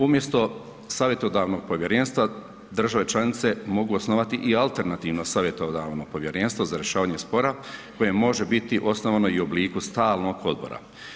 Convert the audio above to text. Umjesto savjetodavnog povjerenstva, države članice mogu osnovati i alternativno savjetodavno povjerenstvo za rješavanje spora koje može biti osnovano i u obliku stalnog odbora.